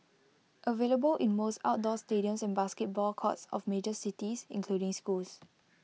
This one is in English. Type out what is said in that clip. available in most outdoor stadiums and basketball courts of major cities including schools